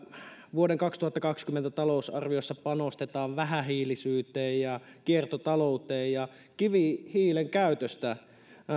vuoden kaksituhattakaksikymmentä talousarviossa panostetaan vähähiilisyyteen ja kiertotalouteen ja kivihiilen käytöstä